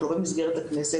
לא במסגרת הכנסת,